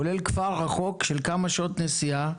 כולל כפר רחוק של כמה שעות נסיעה,